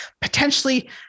potentially